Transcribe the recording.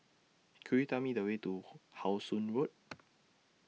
Could YOU Tell Me The Way to How Sun Road